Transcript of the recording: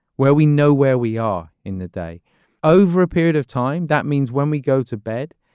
where we know where we are in the day over a period of time. that means when we go to bed,